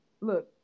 look